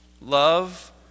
love